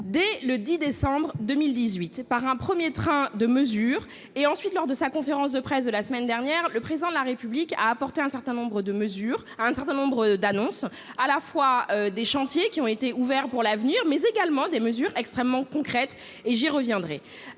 dès le 10 décembre 2018 par un 1er train de mesures et, ensuite, lors de sa conférence de presse de la semaine dernière, le président de la République a apporté un certain nombre de mesures, à un certain nombre d'annonces à la fois des chantiers qui ont été ouverts pour l'avenir, mais également des mesures extrêmement concrètes et j'y reviendrai,